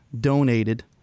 donated